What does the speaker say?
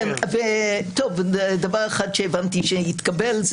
דבר אחד שהבנתי שהתקבל.